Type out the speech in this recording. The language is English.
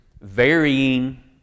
varying